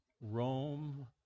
Rome